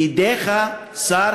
בידיך, שר